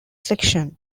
section